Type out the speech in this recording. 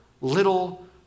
little